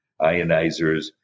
ionizers